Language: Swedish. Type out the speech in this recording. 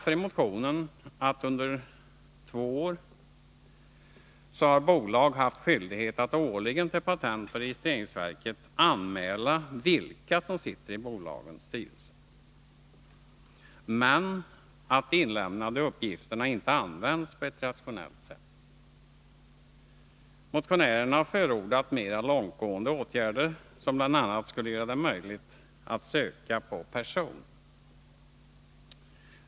I motionen framhålls att bolag under två år har haft skyldighet att årligen till patentoch registreringsverket anmäla vilka som sitter i bolagens styrelser, men att de inlämnade uppgifterna inte använts på ett rationellt sätt. Motionärerna har förordat mera långtgående åtgärder, som bl.a. skulle göra det möjligt att söka på person.